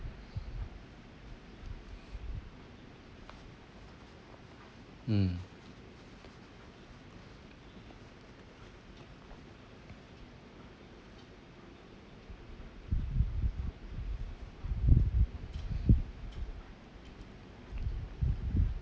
hmm